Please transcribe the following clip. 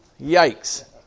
yikes